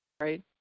right